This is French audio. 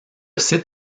site